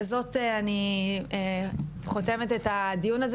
בזאת אני חותמת את הדיון הזה,